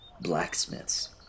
blacksmiths